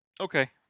Okay